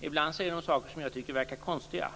Ibland säger de saker som jag tycker verkar konstiga.